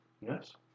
Yes